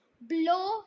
blow